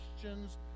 questions